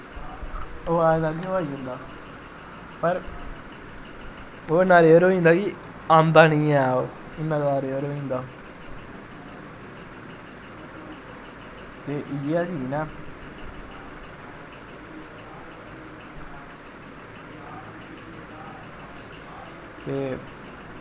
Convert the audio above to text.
अवाज लाग्गे ओह् आई जंदा पर ओह् इन्ना रेयर होई जंदा कि आंदा निं ऐ ओह् इन्ना जैदा रेयर होई जंदा ते इयै चीज नै ते